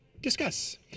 Discuss